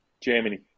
Germany